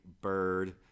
Bird